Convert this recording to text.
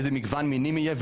איזה מגוון מינים יהיה,